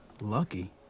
Lucky